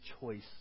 choice